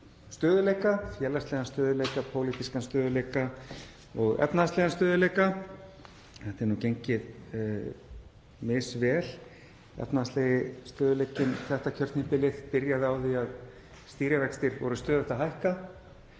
stöðugleika; félagslegan stöðugleika, pólitískan stöðugleika og efnahagslegan stöðugleika. Þetta hefur nú gengið misvel. Efnahagslegi stöðugleikinn þetta kjörtímabil byrjaði á því að stýrivextir voru stöðugt að hækka